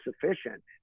sufficient